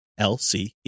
LCE